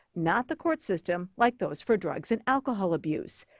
not the court system like those for drug and alcohol abuse.